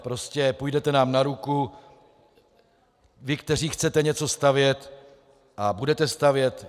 Prostě půjdete nám na ruku vy, kteří chcete něco stavět, a budete stavět.